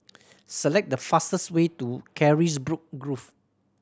select the fastest way to Carisbrooke Grove